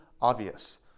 obvious